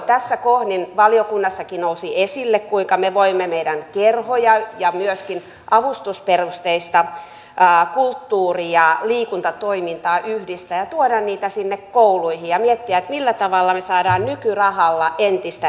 tässä kohdin valiokunnassakin nousi esille kuinka me voimme meidän kerhoja ja myöskin avustusperusteista kulttuuri ja liikuntatoimintaa yhdistää ja tuoda niitä sinne kouluihin ja miettiä millä tavalla me saamme nykyrahalla entistä enemmän